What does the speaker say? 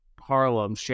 Harlem